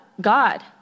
God